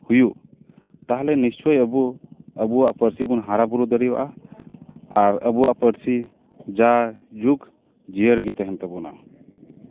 ᱦᱩᱭᱩᱜ ᱛᱟᱦᱞᱮ ᱱᱤᱥᱪᱳᱭ ᱟᱵᱚ ᱟᱵᱚᱣᱟᱜ ᱯᱟᱹᱨᱥᱤ ᱵᱚᱱ ᱦᱟᱨᱟ ᱵᱩᱨᱩ ᱫᱟᱲᱮᱣᱟᱜᱼᱟ ᱟᱨ ᱟᱵᱚᱣᱟᱜ ᱯᱟᱹᱨᱥᱤ ᱡᱟᱼᱡᱩᱜᱽ ᱡᱤᱭᱟᱹᱲ ᱜᱮ ᱛᱟᱦᱮᱱ ᱛᱟᱵᱚᱱᱟ